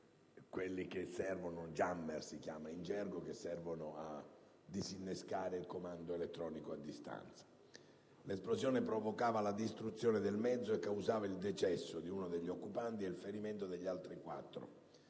disturbatore (jammer), uno di quelli che servono a disinnescare il comando elettronico a distanza. L'esplosione provocava la distruzione del mezzo e causava il decesso di uno degli occupanti e il ferimento degli altri quattro